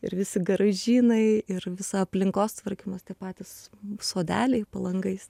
ir visi garaižynai ir visa aplinkos tvarkymas tie patys sodeliai po langais